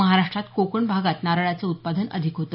महाराष्ट्रात कोकण भागात नारळाचं उत्पादन अधिक होत